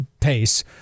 pace